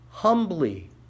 Humbly